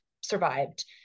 survived